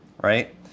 right